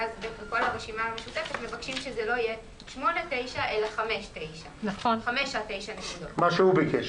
ברשימה המשותפת מבקשים שזה לא יהיה 8 9 אלא 5 9. כך ביקש